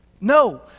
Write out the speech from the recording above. No